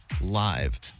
live